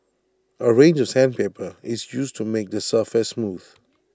A range of sandpaper is used to make the surface smooth